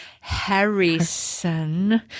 Harrison